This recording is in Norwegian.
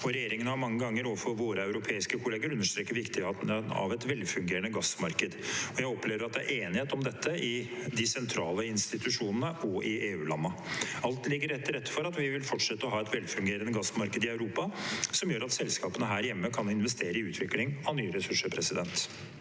regjeringen har mange ganger overfor våre europeiske kolleger understreket viktigheten av et velfungerende gassmarked. Jeg opplever at det er enighet om dette i de sentrale institusjonene og i EU-landene. Alt ligger til rette for at vi vil fortsette å ha et velfungerende gassmarked i Europa, som gjør at selskapene her hjemme kan investere i utvikling av nye ressurser. Marius